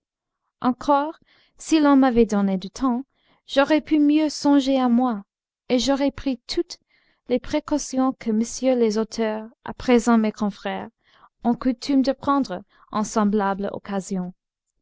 encore si l'on m'avait donné du temps j'aurais pu mieux songer à moi et j'aurais pris toutes les précautions que messieurs les auteurs à présent mes confrères ont coutume de prendre en semblables occasions